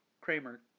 Kramer